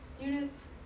units